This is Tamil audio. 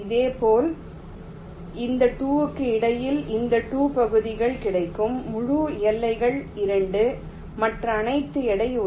இதேபோல் இந்த 2 க்கு இடையில் இந்த 2 பகுதிகள் கிடைக்கும் முழு எல்லைகள் 2 மற்ற அனைத்தும் எடை 1